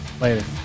Later